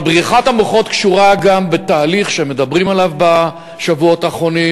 אבל בריחת המוחות קשורה גם בתהליך שמדברים עליו בשבועות האחרונים,